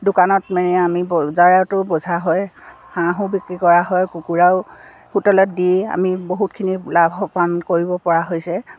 দোকানত মে আমি বজাৰতো বজা হয় হাঁহো বিক্ৰী কৰা হয় কুকুৰাও হোটেলত দি আমি বহুতখিনি লাভৱান কৰিব পৰা হৈছে